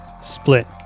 split